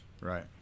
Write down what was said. right